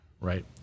right